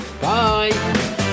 bye